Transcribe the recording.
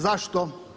Zašto?